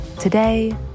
Today